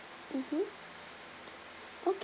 mmhmm ok~